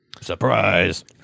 Surprise